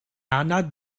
anad